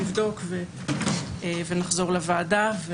נבדוק ונחזור לוועדה.